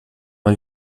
uma